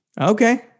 Okay